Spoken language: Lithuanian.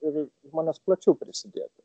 ir žmonės plačiau prisidėtų